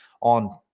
on